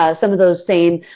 ah some of those same